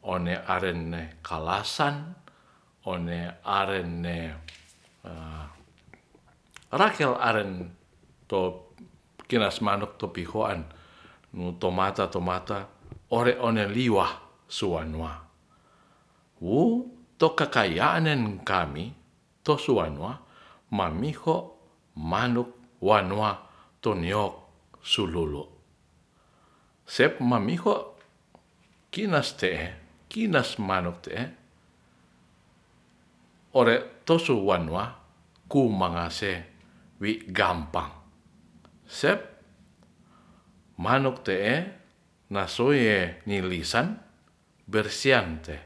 one arene kalasan one arene rakel aren to kiras manuk topiho'an nu tomata-tomata ore one liwah suwanua woo to kakaya'nen kami to suwanua mamiho manuk wanua toniok sulolo sep mamiho kinas te'e kinas manuk te'e ore to suwanua kumangase wi gampang sep manuk te'e nasoee nilisan bersian te